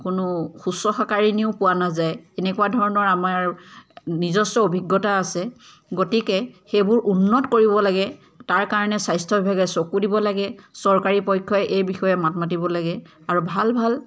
কোনো শুশ্ৰূষাকাৰীনীও পোৱা নাযায় এনেকুৱা ধৰণৰ আমাৰ নিজস্ব অভিজ্ঞতা আছে গতিকে সেইবোৰ উন্নত কৰিব লাগে তাৰ কাৰণে স্বাস্থ্যবিভাগে চকু দিব লাগে চৰকাৰী পক্ষই এই বিষয়ে মাত মাতিব লাগে আৰু ভাল ভাল